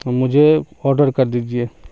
مجھے آڈر کر دیجیے